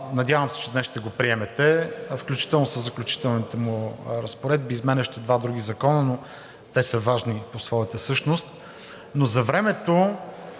надявам се, че днес ще го приемете, включително със заключителните му разпоредби, изменящи два други закона, но те са важни по своята същност. Но за времето